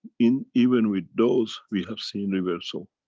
in, even with those we have seen reversal.